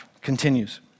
continues